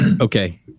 okay